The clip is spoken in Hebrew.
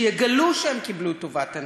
שיגלו שהם קיבלו טובת הנאה,